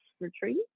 retreat